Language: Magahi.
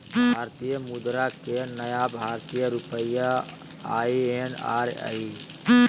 भारतीय मुद्रा के नाम भारतीय रुपया आई.एन.आर हइ